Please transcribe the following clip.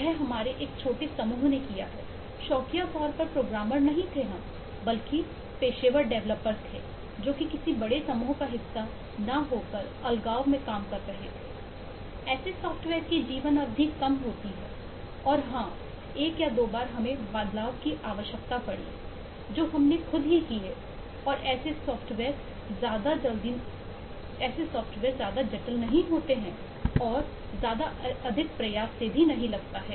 यह हमारे एक छोटे समूह ने किया है शौकिया तौर पर प्रोग्रामर थे जो कि किसी बड़े समूह का हिस्सा ना होकर अलगाव में काम कर रहे थे ऐसे सॉफ्टवेयर की जीवन अवधि कम होती है और हां एक या दो बार हमें बदलाव की आवश्यकता पड़ी जो हमने खुद ही किए और ऐसे सॉफ्टवेयर ज्यादा जल्दी नहीं होते हैं और ज्यादा अधिक प्रयास भी नहीं लगता है